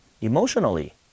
emotionally